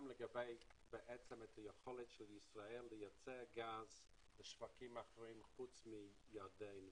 גם היכולת של ישראל לייצא גז לשווקים אחרים חוץ מירדן ומצרים.